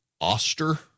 Oster